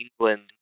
England